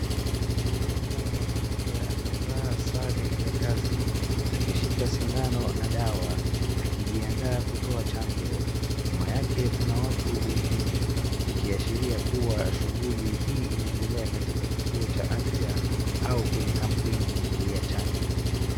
Mhudumu wa afya amevaa sare ya kazi akishika sindano na dawa akijiandaa kutoa chanjo. Nyuma yake kuna watu wengine ikiashiria kuwa shughuli hii inaendelea katika kituo cha afya au kwenye kampeni ya chanjo.